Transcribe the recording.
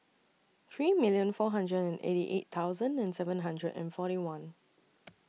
three million four hundred and eighty eight thousand and seven hundred and forty one